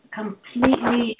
completely